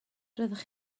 roeddech